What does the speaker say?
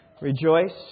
rejoice